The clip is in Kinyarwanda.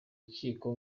kigo